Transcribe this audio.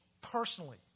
personally